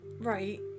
Right